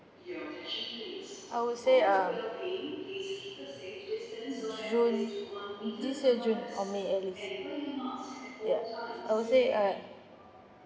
I would say um june this year june or may at least ya I would say uh